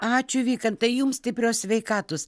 ačiū vykantai jums stiprios sveikatos